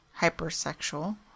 hypersexual